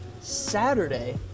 Saturday